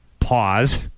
Pause